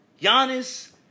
Giannis